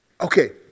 okay